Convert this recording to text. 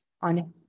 on